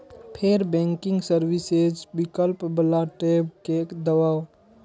फेर banking services विकल्प बला टैब कें दबाउ